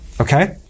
Okay